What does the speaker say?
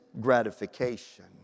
gratification